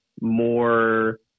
more